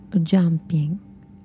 jumping